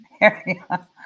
area